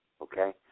okay